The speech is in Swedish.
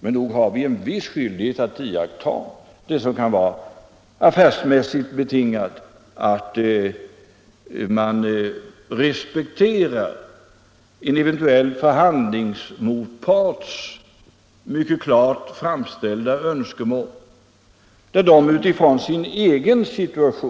Men nog har vi en skyldighet att respektera en eventuell förhandlingspartners mycket klart uttalade önskemål om konfidentiell handläggning t.ex., som